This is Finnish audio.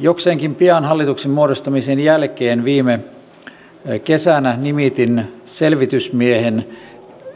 jokseenkin pian hallituksen muodostamisen jälkeen viime kesänä nimitin selvitysmiehen